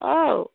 औ